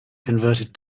converted